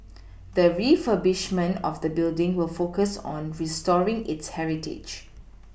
the refurbishment of the building will focus on restoring its heritage